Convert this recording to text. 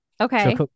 Okay